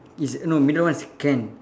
is no middle one is can